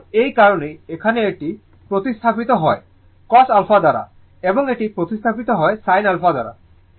সুতরাং এই কারণেই এখানে এটি প্রতিস্থাপিত হয় cos α দ্বারা এবং এটি প্রতিস্থাপিত হয় sin α দ্বারা